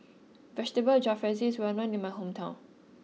Vegetable Jalfrezi is well known in my hometown